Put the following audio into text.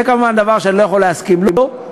זה כמובן דבר שאני לא יוכל להסכים לו.